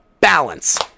Balance